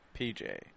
PJ